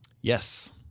Yes